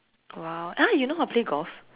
!wow! !huh! you know how to play golf